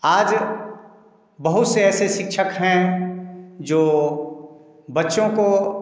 आज बहुत से ऐसे शिक्षक हैं जो बच्चों को